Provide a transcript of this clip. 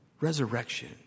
resurrection